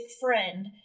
friend